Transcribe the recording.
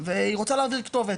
והיא רוצה להעביר כתובת,